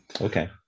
Okay